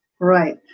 right